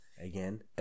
again